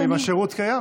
אם השירות קיים,